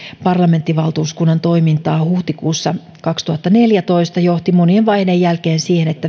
parlamenttivaltuuskunnan toimintaa huhtikuussa kaksituhattaneljätoista johti monien vaiheiden jälkeen siihen että